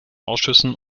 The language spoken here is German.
ausschüssen